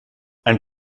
ein